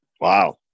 Wow